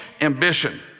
ambition